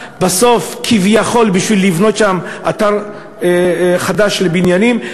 כביכול כדי לבנות שם אתר חדש של בניינים,